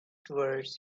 toward